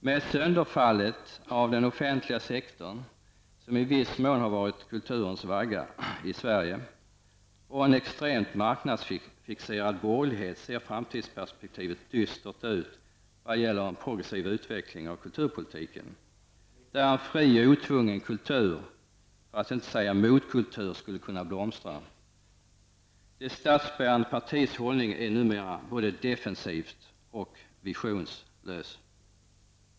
Med det sönderfall beträffande den offentliga sektorn som i viss mån har varit kulturens vagga i Sverige och en extremt marknadsfixerad borgerlighet blir framtidsperspektivet dystert när det gäller en progressiv utveckling av kulturpolitiken, där en fri och otvungen kultur -- för att inte säga motkultur -- skulle kunna blomstra. Det statsbärande partiets hållning är numera både defensiv och visionslös.